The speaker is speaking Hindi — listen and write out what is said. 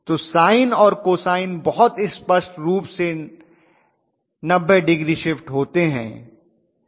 तो साइन और कोसाइन बहुत स्पष्ट रूप से 90 डिग्री शिफ्ट होते हैं